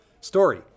Story